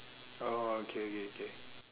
oh okay okay okay